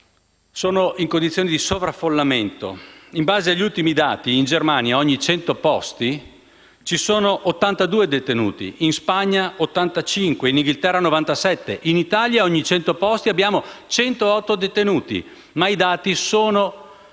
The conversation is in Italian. sono in condizioni di sovraffollamento. In base agli ultimi dati, in Germania ogni 100 posti ci sono 82 detenuti, in Spagna 85, in Inghilterra 97. In Italia ogni 100 posti abbiamo 108 detenuti, ma i dati sono falsati